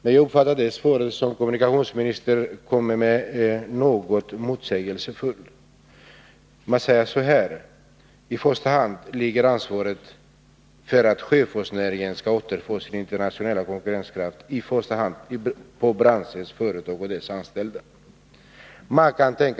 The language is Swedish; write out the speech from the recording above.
Jag uppfattar det svar som kommunikationsministern kommer med som något motsägelsefullt. Han säger att i första hand ligger ansvaret för att sjöfartsnäringen skall återfå sin internationella konkurrenskraft på branschens företag och dess anställda.